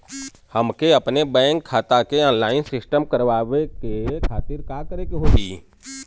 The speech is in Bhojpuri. हमके अपने बैंक खाता के ऑनलाइन सिस्टम करवावे के खातिर का करे के होई?